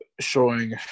showing